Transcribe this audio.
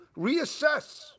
Reassess